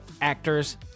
actors